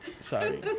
sorry